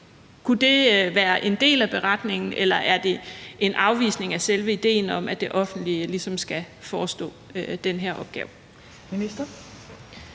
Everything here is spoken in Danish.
Kunne det være en del af beretningen, eller er det en afvisning af selve idéen om, at det offentlige ligesom skal forestå den her opgave?